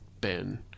Ben